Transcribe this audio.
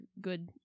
good